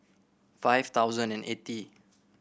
five thousand and eighty